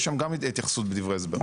יש שם גם התייחסות בדברי ההסבר.